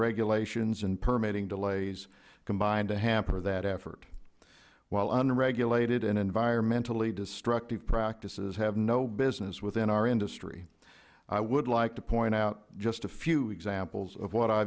regulations and permitting delays combine to hamper that effort while unregulated and environmentally destructive practices have no business within our industry i would like to point out just a few examples of what i